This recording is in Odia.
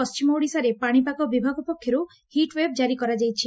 ପଣ୍କିମ ଓଡ଼ିଶାରେ ପାଣିପାଗ ବିଭାଗ ପକ୍ଷରୁ ହିଟ୍ ଓ୍ୱେଭ୍ କାରି କରାଯାଇଛି